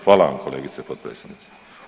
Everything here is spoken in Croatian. Hvala vam kolegice potpredsjednice.